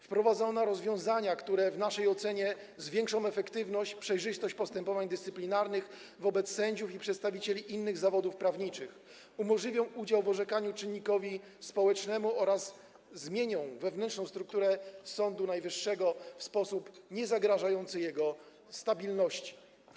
Wprowadzono rozwiązania, które w naszej ocenie zwiększą efektywność, przejrzystość postępowań dyscyplinarnych wobec sędziów i przedstawicieli innych zawodów prawniczych, umożliwią udział w orzekaniu czynnikowi społecznemu oraz zmienią wewnętrzną strukturę Sądu Najwyższego w sposób niezagrażający jego stabilności.